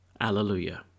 Alleluia